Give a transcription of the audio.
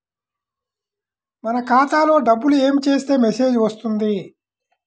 మన ఖాతాలో డబ్బులు ఏమి చేస్తే మెసేజ్ వస్తుంది?